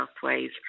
pathways